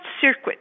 circuit